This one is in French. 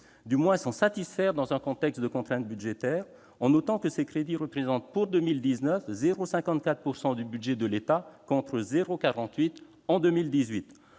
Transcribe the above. au moins s'en satisfaire, dans un contexte de contrainte budgétaire, en notant que ces crédits représentent pour 2019 0,54 % du budget de l'État, contre 0,48 % en 2018.